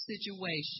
situation